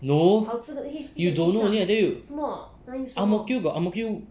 no you don't know then you ang mo kio got ang mo kio